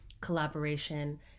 collaboration